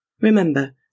Remember